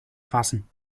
fassen